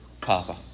Papa